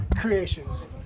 creations